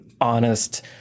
honest